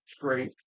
great